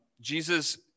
Jesus